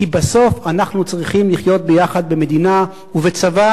כי בסוף אנחנו צריכים לחיות ביחד במדינה ובצבא